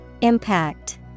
Impact